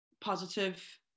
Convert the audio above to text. Positive